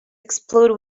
explode